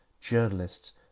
journalists